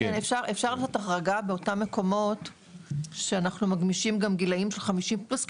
אפשר לעשות החרגה באותם מקומות שאנחנו מגמישים גם גילאים של 50 פלוס,